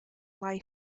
life